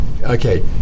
Okay